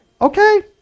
Okay